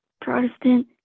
Protestant